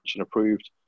approved